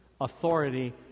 authority